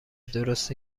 درست